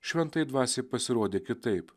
šventajai dvasiai pasirodė kitaip